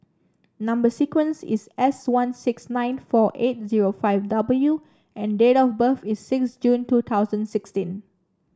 number sequence is S one six nine four eight zero five W and date of birth is six June two thousand sixteen